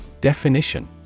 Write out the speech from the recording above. Definition